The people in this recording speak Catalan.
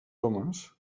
homes